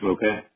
Okay